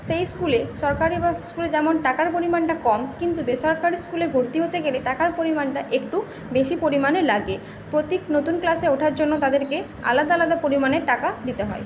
সেই স্কুলে সরকারি স্কুলে যেমন টাকার পরিমাণটা কম কিন্তু বেসরকারি স্কুলে ভর্তি হতে গেলে টাকার পরিমাণটা একটু বেশি পরিমাণে লাগে প্রতি নতুন ক্লাসে ওঠার জন্য তাদেরকে আলাদা আলাদা পরিমাণে টাকা দিতে হয়